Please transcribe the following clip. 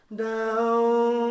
down